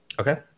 Okay